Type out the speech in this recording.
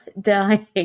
dying